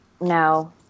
No